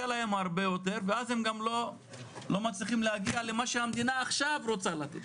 להם הרבה יותר ואז הם גם לא מצליחים להגיע למה שהמדינה עכשיו רוצה לתת.